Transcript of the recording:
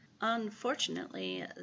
Unfortunately